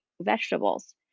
vegetables